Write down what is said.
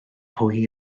hwy